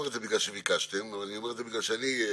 יש מקומות ומוסדות שטענו שהציונים